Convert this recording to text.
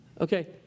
Okay